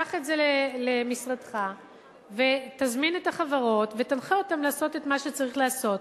קח את זה למשרדך ותזמין את החברות ותנחה אותן לעשות את מה שצריך לעשות.